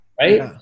right